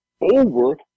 over